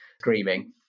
screaming